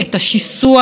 גם לשוויון,